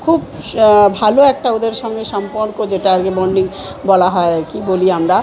খুব ভালো একটা ওদের সঙ্গে সম্পর্ক যেটা আর কি বণ্ডিং বলা হয় আর কি বলি আমরা